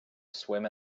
swim